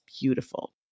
beautiful